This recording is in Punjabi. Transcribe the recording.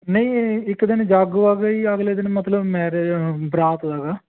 ਨਹੀਂ ਇੱਕ ਦਿਨ ਜਾਗੋ ਆ ਗਈ ਅਗਲੇ ਦਿਨ ਮਤਲਬ ਮੈਰਿਜ ਬਰਾਤ ਦਾ ਗਾ